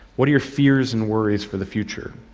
what are your fears and worries for the future?